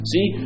See